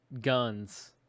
guns